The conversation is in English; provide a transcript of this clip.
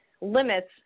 limits